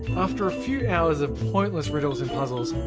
after a few hours of pointless riddles and puzzles,